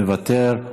מוותר,